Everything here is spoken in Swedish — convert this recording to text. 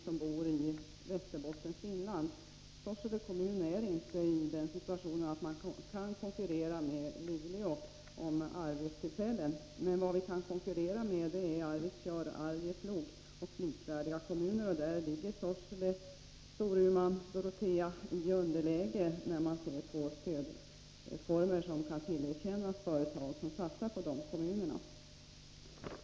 Sorsele kommun kan inte konkurrera med Luleå om arbetstillfällen. Däremot kan vi konkurrera med Arvidsjaur, Arjeplog och liknande kommuner. Här ligger Sorsele, Storuman och Dorotea i underläge när det gäller stödformer som kan tillerkännas företag som satsar på dessa kommuner.